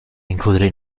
included